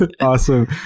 Awesome